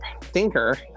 thinker